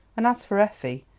and as for effie,